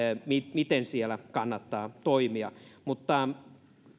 miten siellä kannattaa toimia